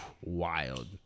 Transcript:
Wild